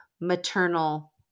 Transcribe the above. maternal